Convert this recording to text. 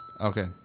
Okay